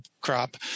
crop